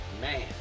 Man